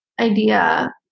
idea